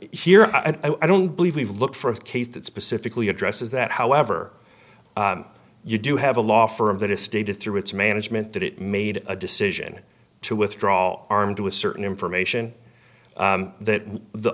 here i don't believe we've looked for a case that specifically addresses that however you do have a law firm that has stated through its management that it made a decision to withdraw armed with certain information that the